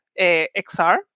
XR